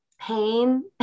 pain